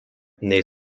nei